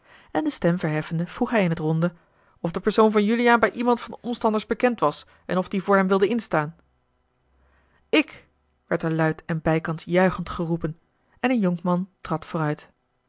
en de stem verheffende vroeg hij in t ronde of de persoon van juliaan bij iemand van de omstanders bekend was en of die voor hem wilde instaan ik werd er luid en bijkans juichend geroepen en een jonkman trad vooruit